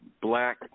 black